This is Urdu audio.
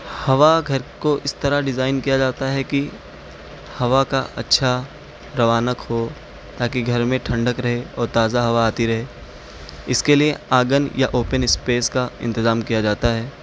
ہوا گھر کو اس طرح ڈیزائن کیا جاتا ہے کہ ہوا کا اچھا رونی ہو تاکہ گھر میں ٹھنڈک رہے اور تازہ ہوا آتی رہے اس کے لیے آنگن یا اوپین اسپیس کا انتظام کیا جاتا ہے